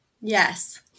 Yes